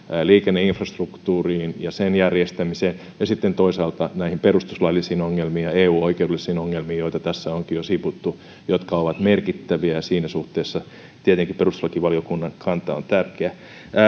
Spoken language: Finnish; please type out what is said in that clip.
liikenneinfrastruktuuriin ja sen järjestämiseen ja sitten toisaalta näihin perustuslaillisiin ongelmiin ja eu oikeudellisiin ongelmiin joita tässä onkin jo sivuttu ja jotka ovat merkittäviä ja siinä suhteessa tietenkin perustuslakivaliokunnan kanta on tärkeä